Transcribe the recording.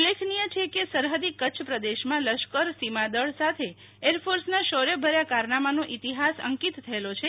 ઉલ્લેખનીય છે કે સરહદી કચ્છ પ્રદેશમાં લશ્કર સીમાદળ સાથે એરફોર્સના શૌર્યભર્યા કારનામાનો ઈતિહાસ અંકિત છે